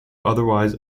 otherwise